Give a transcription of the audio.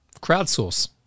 crowdsource